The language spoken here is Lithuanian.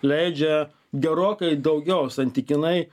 leidžia gerokai daugiau santykinai